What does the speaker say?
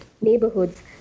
neighborhoods